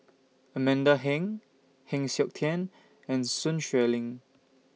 Amanda Heng Heng Siok Tian and Sun Xueling